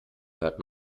hört